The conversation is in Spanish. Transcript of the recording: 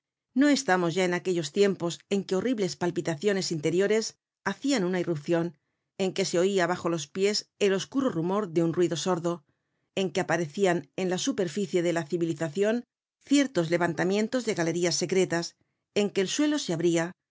no estamos ya en aquellos tiempos en que horribles palpitaciones interiores hacian una irrupcion en que se oia bajo los pies el oscuro rumor de un ruido sordo en que aparecian en la superficie de la civilizacion ciertos levantamientos de galerías secretas en que el suelo se abria en